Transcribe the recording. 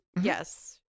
Yes